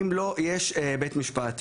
אם לא יש בית משפט.